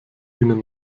ihnen